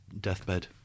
deathbed